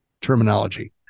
terminology